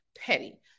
petty